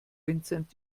vincent